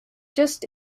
just